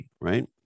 right